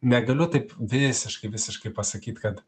negaliu taip visiškai visiškai pasakyt kad